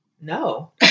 No